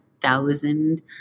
thousand